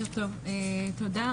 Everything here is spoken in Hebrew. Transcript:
תודה.